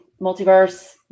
Multiverse